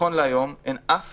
נכון להיום אין אף